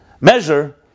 measure